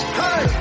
hey